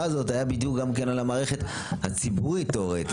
הזאת היה בדיוק גם כן על המערכת הציבורית תיאורטית.